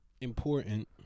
important